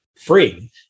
free